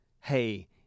hey